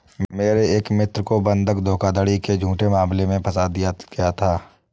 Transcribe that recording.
मेरे एक मित्र को बंधक धोखाधड़ी के झूठे मामले में फसा दिया गया था